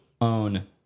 own